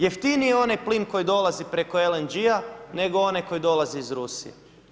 Jeftiniji je onaj plin koji dolazi preko LNG-a, nego onaj koji dolazi iz Rusije.